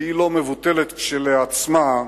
שהיא לא מבוטלת כשלעצמה,